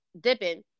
dipping